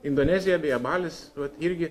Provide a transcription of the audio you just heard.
indonezija beje balis vat irgi